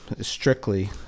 strictly